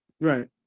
right